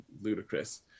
ludicrous